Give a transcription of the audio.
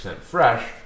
fresh